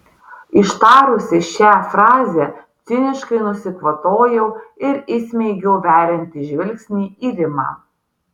ištarusi šią frazę ciniškai nusikvatojau ir įsmeigiau veriantį žvilgsnį į rimą